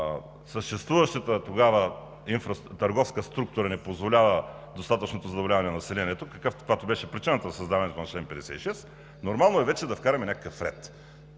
съществуващата тогава търговска структура не позволява достатъчното задоволяване на населението, каквато беше причината за създаването на чл. 56, нормално е вече да вкараме някакъв ред.